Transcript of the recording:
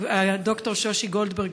ד"ר שושי גולדברג,